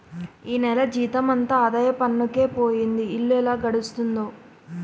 ఈ నెల జీతమంతా ఆదాయ పన్నుకే పోయింది ఇల్లు ఎలా గడుస్తుందో